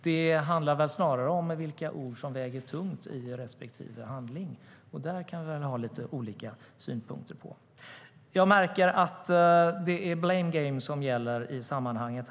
Det handlar väl snarare om vilka ord som väger tungt i respektive handling, och det kan vi ha lite olika synpunkter på. Jag märker att det är blame game som gäller i sammanhanget.